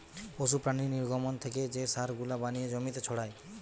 পশু প্রাণীর নির্গমন থেকে যে সার গুলা বানিয়ে জমিতে ছড়ায়